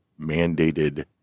mandated